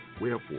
Wherefore